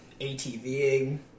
ATVing